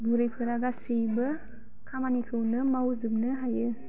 बुरैफोरा गासैबो खामानिखौनो मावजोबनो हायो